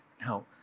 now